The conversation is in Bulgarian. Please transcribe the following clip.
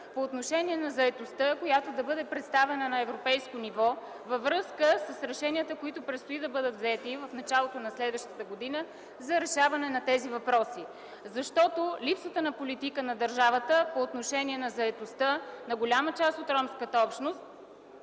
по отношение на заетостта, която да бъде представена на европейско ниво във връзка с решенията, които предстои да бъдат взети в началото на следващата година за решаване на тези въпроси. Липсата на политика на държавата по отношение на заетостта на голяма част от ромската общност